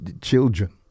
children